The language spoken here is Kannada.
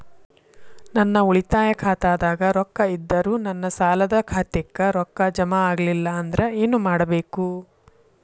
ನನ್ನ ಉಳಿತಾಯ ಖಾತಾದಾಗ ರೊಕ್ಕ ಇದ್ದರೂ ನನ್ನ ಸಾಲದು ಖಾತೆಕ್ಕ ರೊಕ್ಕ ಜಮ ಆಗ್ಲಿಲ್ಲ ಅಂದ್ರ ಏನು ಮಾಡಬೇಕು?